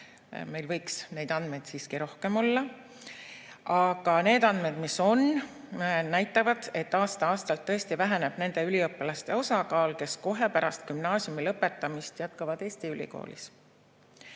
meil võiks need andmed siiski olla. Aga need andmed, mis on, näitavad, et aasta-aastalt tõesti väheneb nende üliõpilaste osakaal, kes kohe pärast gümnaasiumi lõpetamist jätkavad Eesti ülikoolis.